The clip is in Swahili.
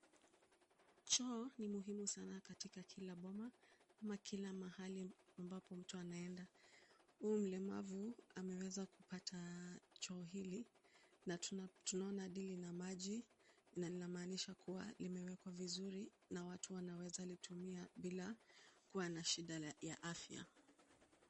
Choo ni muhimu sana katika kila boma ama kila mahali ambapo mtu anaenda. Huu mlemavu ameweza kupata choo hili na tunaweza tunaona dili la maji na lina maanisha kuwa limewekwa vizuri na watu wanaweza litumia bila kuwa na shida ya afya.